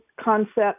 concept